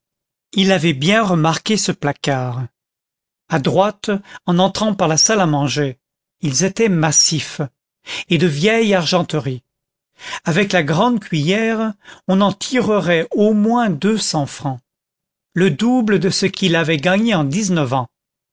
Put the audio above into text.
il avait bien remarqué ce placard à droite en entrant par la salle à manger ils étaient massifs et de vieille argenterie avec la grande cuiller on en tirerait au moins deux cents francs le double de ce qu'il avait gagné en dix-neuf ans